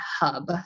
hub